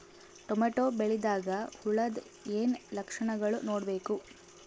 Tomato ಬೆಳಿದಾಗ್ ಹುಳದ ಏನ್ ಲಕ್ಷಣಗಳು ನೋಡ್ಬೇಕು?